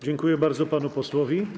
Dziękuję bardzo panu posłowi.